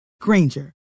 Granger